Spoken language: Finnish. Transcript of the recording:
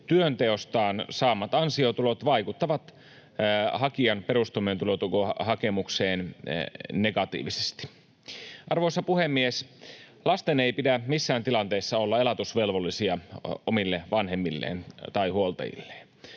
työnteostaan saamat ansiotulot vaikuttavat hakijan perustoimeentulotukihakemukseen negatiivisesti. Arvoisa puhemies! Lasten ei pidä missään tilanteessa olla elatusvelvollisia omille vanhemmilleen tai huoltajilleen.